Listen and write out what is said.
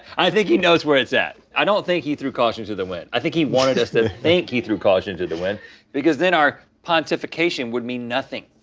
i think he knows where it's at. i don't think he threw caution to the wind. i think he wanted us to think he threw caution to the wind because then our pontification would mean nothing.